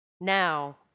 Now